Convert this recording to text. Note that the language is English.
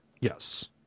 Yes